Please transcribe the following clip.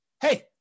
hey